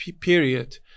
period